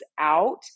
out